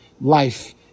life